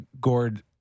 Gord